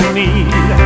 need